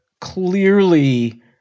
clearly